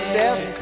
death